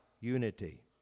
unity